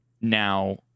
Now